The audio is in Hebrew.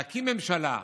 להקים ממשלה,